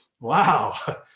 Wow